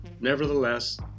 Nevertheless